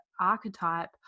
archetype